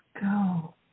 go